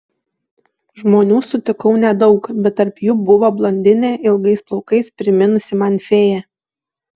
žmonių sutikau nedaug bet tarp jų buvo blondinė ilgais plaukais priminusi man fėją